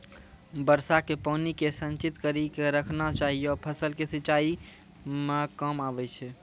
वर्षा के पानी के संचित कड़ी के रखना चाहियौ फ़सल के सिंचाई मे काम आबै छै?